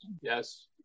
Yes